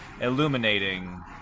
illuminating